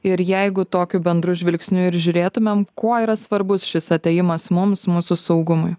ir jeigu tokiu bendru žvilgsniu ir žiūrėtumėm kuo yra svarbus šis atėjimas mums mūsų saugumui